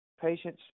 patients